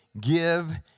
give